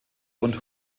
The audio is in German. und